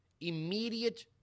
immediate